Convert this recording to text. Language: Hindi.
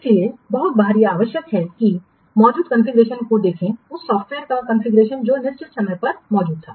इसलिए बहुत बार यह आवश्यक है कि मौजूद कॉन्फ़िगरेशन को देखें उस सॉफ़्टवेयर का कॉन्फ़िगरेशन जो निश्चित समय पर मौजूद था